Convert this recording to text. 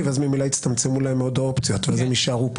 ואז ממילא יצטמצמו להם האופציות והם יישארו כאן.